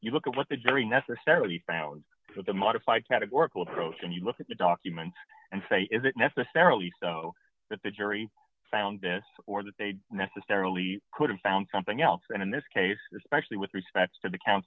you look at what the jury necessarily found the modify categorical approach and you look at the document and say is it necessarily so that the jury found this or that they necessarily could have found something else and in this case especially with respect to the c